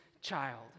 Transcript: child